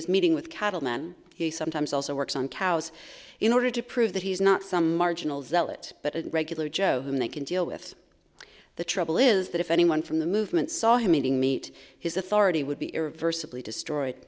is meeting with cattle man he sometimes also works on cows in order to prove that he's not some marginal zealot but a regular joe whom they can deal with the trouble is that if anyone from the movement saw him eating meat his authority would be irreversibly destroyed